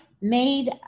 made